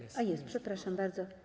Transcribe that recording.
Jest, przepraszam bardzo.